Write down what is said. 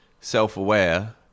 self-aware